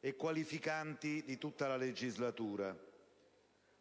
e qualificanti di tutta la legislatura.